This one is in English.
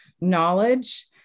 knowledge